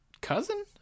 cousin